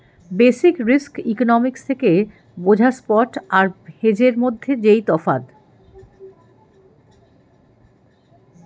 basic risk economics থেকে বোঝা spot আর হেজের মধ্যে যেই তফাৎ